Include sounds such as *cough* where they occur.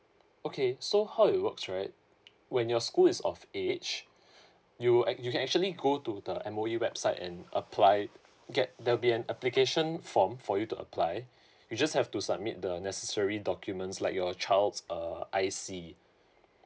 okay so how it works right when your school is of age *breath* you act you can actually go to the M_O_E website and apply get there'll be an application form for you to apply you just have to submit the necessary documents like your child's uh I_C